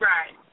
Right